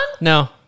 No